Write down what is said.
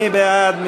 מי בעד?